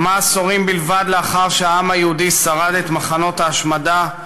כמה עשורים בלבד לאחר שהעם היהודי שרד את מחנות ההשמדה,